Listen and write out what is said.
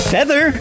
Feather